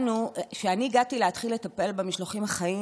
שכשאני הגעתי להתחיל לטפל במשלוחים החיים